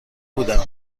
بودم